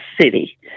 city